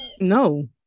No